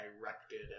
directed